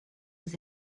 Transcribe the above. was